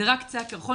זה רק קצה הקרחון.